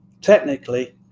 Technically